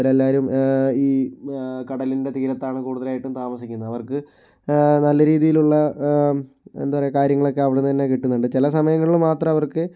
ഇവരെല്ലാവരും ഈ കടലിൻ്റെ തീരത്താണ് കൂടുതലായിട്ടും താമസിക്കുന്നത് അവർക്ക് നല്ല രീതിയിലുള്ള എന്താ പറയുക കാര്യങ്ങളൊക്കെ അവിടെ നിന്ന് തന്നെ കിട്ടുന്നുണ്ട് ചില സമയങ്ങളിൽ മാത്രം അവർക്ക്